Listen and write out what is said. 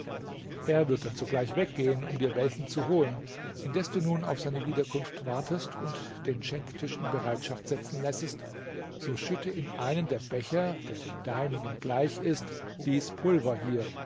er wird dann sogleich weggehen um dir welchen zu holen indes du nun auf seine wiederkunft wartest und den schenktisch in bereitschaft setzen lässest so schütte in einen der becher der dem deinigen gleich ist dies pulver hier